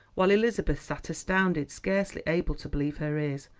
while elizabeth sat astounded, scarcely able to believe her ears.